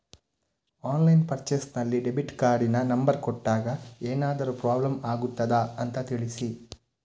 Online purchase ನಲ್ಲಿ debit ಕಾರ್ಡಿನ number ಕೊಟ್ಟಾಗ ಏನಾದರೂ ಪ್ರಾಬ್ಲಮ್ ಆಗುತ್ತದ ಅಂತ ತಿಳಿಸಿ?